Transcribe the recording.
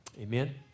Amen